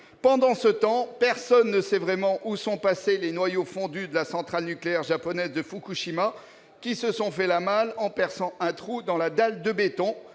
Pendant ce temps, personne ne sait vraiment où sont passés les noyaux fondus de la centrale nucléaire japonaise de Fukushima, qui se sont fait la malle en perçant un trou dans la dalle de béton,